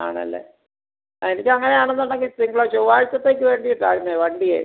ആണല്ലേ ആ എനിക്ക് അങ്ങനെ ആണെന്നുണ്ടെങ്കിൽ തിങ്കൾ ചൊവ്വാഴ്ചത്തേക്ക് വേണ്ടി തരണേ വണ്ടിയേ